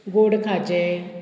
गोड खाजें